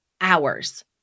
hours